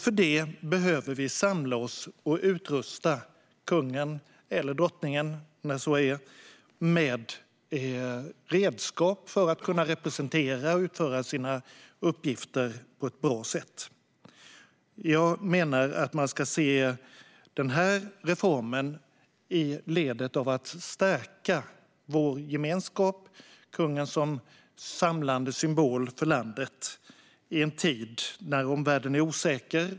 För detta behöver vi samla oss och utrusta kungen, eller drottningen när så är, med redskap för att kunna representera och utföra sina uppgifter på ett bra sätt. Jag menar att man ska se denna reform som ett led i att stärka vår gemenskap med kungen som samlande symbol för landet i en tid när omvärlden är osäker.